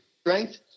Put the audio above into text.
strength